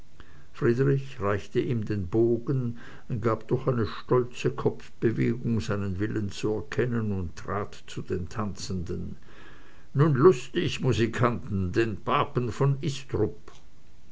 friedrich reichte ihm den bogen gab durch eine stolze kopfbewegung seinen willen zu erkennen und trat zu den tanzenden nun lustig musikanten den papen van